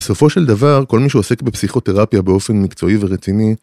בסופו של דבר, כל מי שעוסק בפסיכותרפיה באופן מקצועי ורציני